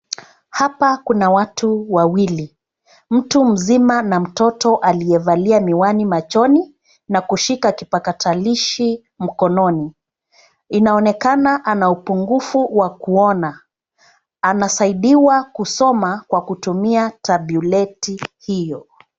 Hapa kuna watu wawili, Mtu mzima na mtoto aliyevalia miwani machoni na kushika kipakatalishi mkononi. Inaonekana ana upungufu wa kuona, anasaidiwa kusoma kwa kutumia tablet hiyo.